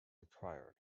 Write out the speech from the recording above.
required